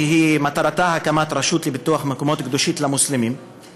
שמטרתה הקמת רשות לפיתוח מקומות קדושים למוסלמים,